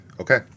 Okay